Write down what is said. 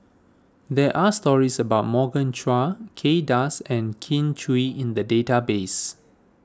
there are stories about Morgan Chua Kay Das and Kin Chui in the database